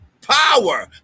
Power